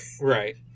Right